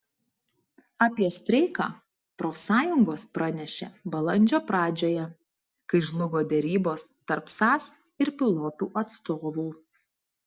apie streiką profsąjungos pranešė balandžio pradžioje kai žlugo derybos tarp sas ir pilotų atstovų